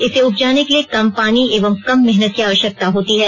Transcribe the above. इसे उपजाने के लिए कम पानी एवं कम मेहनत की आवश्यकता होती है